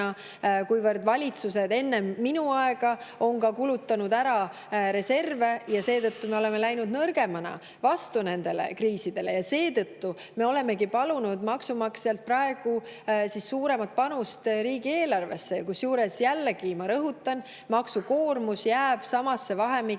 kuivõrd valitsused enne minu aega on kulutanud ära reserve ja seetõttu me oleme läinud nõrgemana vastu nendele kriisidele. Seetõttu me olemegi palunud maksumaksjalt praegu suuremat panust riigieelarvesse. Kusjuures jällegi ma rõhutan, maksukoormus jääb samasse vahemikku,